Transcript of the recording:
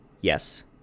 Yes